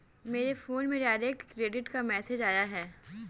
मेरे फोन में direct credit का मैसेज आया है